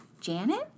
Janet